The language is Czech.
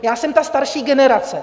Já jsem ta starší generace.